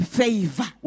favor